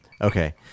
Okay